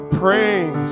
praying